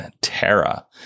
Terra